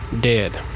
dead